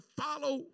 follow